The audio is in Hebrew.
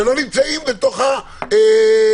שלא נמצאים בתוך הסמכויות,